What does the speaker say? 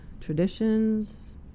traditions